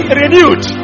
renewed